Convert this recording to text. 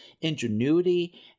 ingenuity